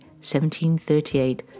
1738